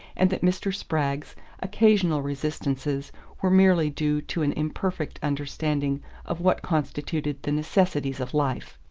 and that mr. spragg's occasional resistances were merely due to an imperfect understanding of what constituted the necessities of life.